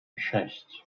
sześć